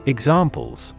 Examples